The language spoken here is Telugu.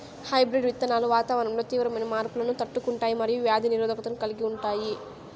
హైబ్రిడ్ విత్తనాలు వాతావరణంలో తీవ్రమైన మార్పులను తట్టుకుంటాయి మరియు వ్యాధి నిరోధకతను కలిగి ఉంటాయి